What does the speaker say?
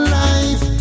life